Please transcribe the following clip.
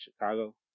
Chicago